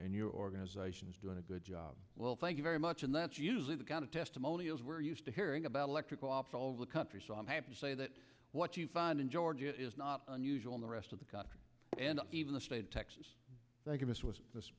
and your organization is doing a good job well thank you very much and that's usually the kind of testimonials we're used to hearing about electrical ops all over the country so i'm happy to say that what you find in georgia is not unusual in the rest of the country and even the state of texas they gave us was this